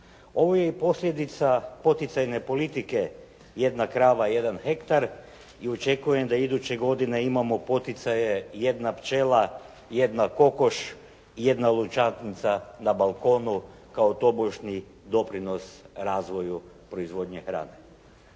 Ovo je posljedica poticajne politike, jedna krava, jedan hektar. I očekujem da iduće godine imamo poticaje jedna pčela, jedna kokoš, jedna lončanica na balkonu kao tobožnji doprinos razvoju proizvodnje hrane.